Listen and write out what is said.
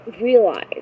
realize